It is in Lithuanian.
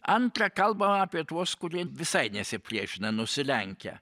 antra kalbama apie tuos kurie visai nesipriešina nusilenkia